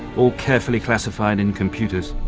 all carefully classified in computers.